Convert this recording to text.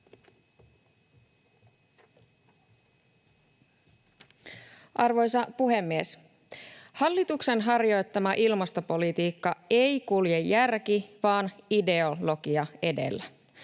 Arvoisa puhemies! Hallituksen harjoittama ilmastopolitiikka ei kulje järki vaan ideologia edellä.